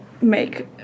make